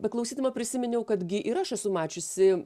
beklausydama prisiminiau kad gi ir aš esu mačiusi